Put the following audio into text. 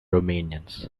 romanians